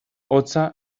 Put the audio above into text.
hotza